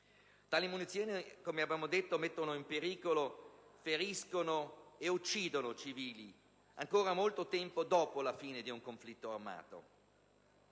Tali munizioni, come abbiamo detto, mettono in pericolo, feriscono e uccidono civili ancora molto tempo dopo la fine di un conflitto armato.